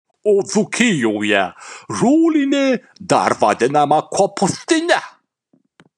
o dzūkijoje žolinė dar vadinama kopūstine